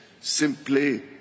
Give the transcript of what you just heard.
simply